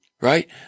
right